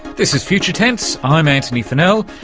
this is future tense, i'm antony funnell,